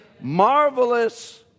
Marvelous